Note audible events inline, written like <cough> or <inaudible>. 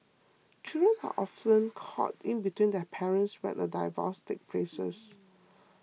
children <noise> are often caught in between their parents when a divorce takes place <noise>